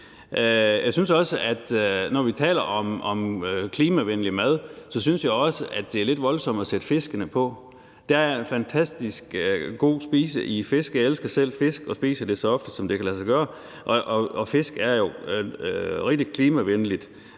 når vi taler om klimavenlig mad, er lidt voldsomt at sætte fisk på. Der er en fantastisk god spise i fisk. Jeg elsker selv fisk og spiser det så ofte, som det kan lade sig gøre. Fisk er jo rigtig klimavenligt.